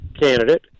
candidate